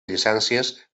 llicències